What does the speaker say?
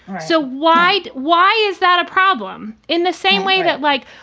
so why why is that a problem in the same way that like,